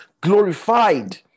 glorified